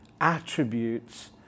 attributes